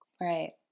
Right